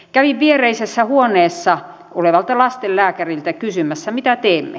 kävin viereisessä huoneessa olevalta lastenlääkäriltä kysymässä mitä teemme